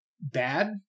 bad